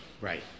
Right